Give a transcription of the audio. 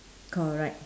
correct